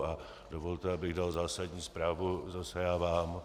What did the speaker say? A dovolte, abych dal zásadní zprávu zase já vám.